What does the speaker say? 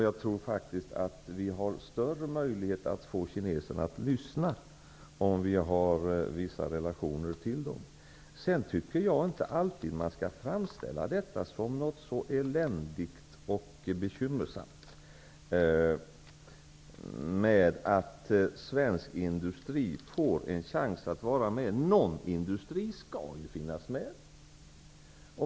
Jag tror att vi har större möjligheter att få kineserna att lyssna om vi har vissa relationer med dem. Jag tycker inte alltid att man skall framställa det som något eländigt och bekymmersamt att svensk industri får en chans att vara med i diskussionen. Någon industri skall ju finnas med!